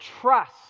trust